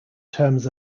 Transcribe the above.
terms